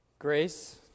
Grace